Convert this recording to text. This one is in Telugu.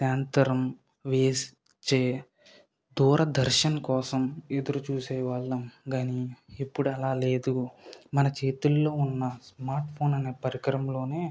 శాంతారాం వీస్ చే దూరదర్శన్ కోసం ఎదురు చుసేవాళ్ళం గానీ ఇప్పుడు అలా లేదు మన చేతుల్లో ఉన్న స్మార్ట్ ఫోన్ అనే పరికరంలోనే